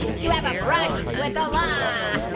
you have a brush with the law